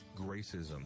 Gracism